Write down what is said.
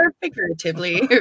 figuratively